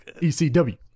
ECW